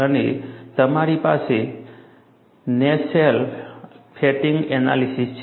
અને તમારી પાસે NASFLA ફેટિગ એનાલિસીસ કરે છે